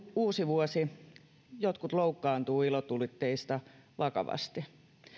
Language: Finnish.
uusivuosi jotkut loukkaantuvat ilotulitteista vakavasti